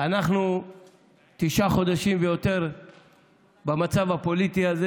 אנחנו תשעה חודשים ויותר במצב הפוליטי הזה